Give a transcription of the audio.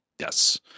Yes